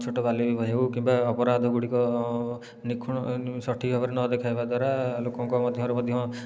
ଛୋଟ ବାଲ୍ୟ ବିବାହ ହେଉ କି ଅପରାଧ ଗୁଡ଼ିକ ନିଖୁଣ ସଠିକ ଭାବରେ ନ ଦେଖାଇବା ଦ୍ଵାରା ଲୋକଙ୍କ ମଧ୍ୟରେ ମଧ୍ୟ